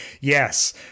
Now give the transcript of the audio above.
Yes